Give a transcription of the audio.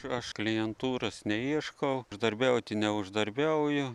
aš klientūros neieškau uždarbiauti neuždarbiauju